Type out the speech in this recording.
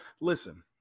listen